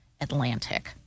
Atlantic